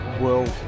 world